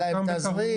יש להם תזרים.